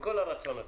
כל הרצון הטוב.